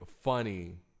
Funny